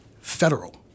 federal